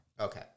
Okay